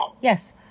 Yes